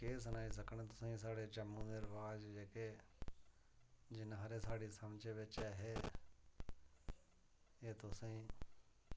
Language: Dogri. केह् सनाई सकने तुसें साढ़े जम्मू दे रवाज़ जेह्के जिन्ने हारी साढ़ी समझै बिच्च ऐ हे एह् तुसेंगी